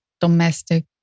domestic